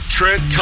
Trent